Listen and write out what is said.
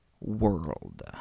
world